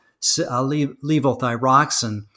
levothyroxine